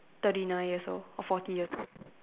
thirty nine years old or forty years